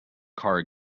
car